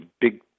big